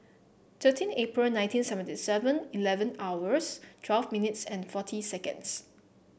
thirteen April nineteen seventy Seven Eleven hours twelve minutes and forty seconds